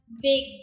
big